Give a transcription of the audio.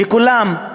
לכולם?